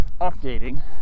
Updating